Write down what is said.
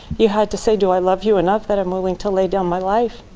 you had to say, do i love you enough that i'm willing to lay down my life?